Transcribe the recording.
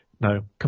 no